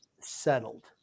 settled